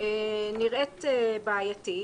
נראית בעייתית.